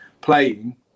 playing